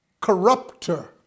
corrupter